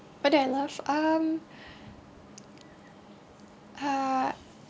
what do I love um uh